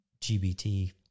GBT